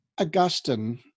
augustine